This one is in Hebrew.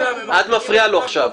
את מפריעה לו עכשיו.